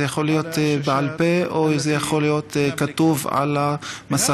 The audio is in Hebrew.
זה יכול להיות בעל פה או שזה יכול להיות כתוב על המסכים.